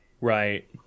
Right